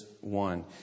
one